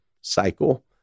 cycle